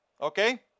Okay